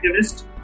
activist